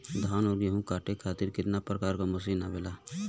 धान और गेहूँ कांटे खातीर कितना प्रकार के मशीन आवेला?